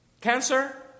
Cancer